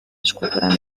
escultura